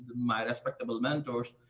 my respectable mentors,